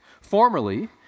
formerly